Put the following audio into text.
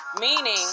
meaning